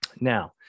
Now